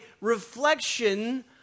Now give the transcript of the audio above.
reflection